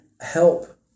help